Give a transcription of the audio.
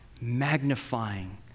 magnifying